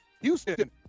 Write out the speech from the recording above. Houston